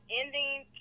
ending